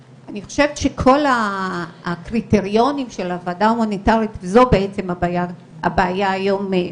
אני חושבת שכל הקריטריונים של הוועדה ההומניטארית שזו בעצם הבעיה היום,